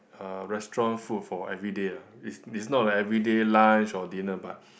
uh restaurant food for everyday lah is is not like everyday lunch or dinner but